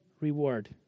reward